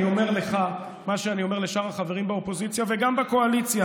אני אומר לך מה שאני אומר לשאר החברים באופוזיציה וגם בקואליציה,